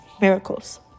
miracles